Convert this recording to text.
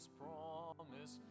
promise